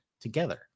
together